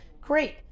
great